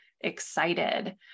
excited